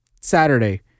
Saturday